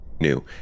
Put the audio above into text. new